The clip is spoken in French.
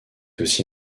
aussi